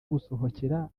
gusohokera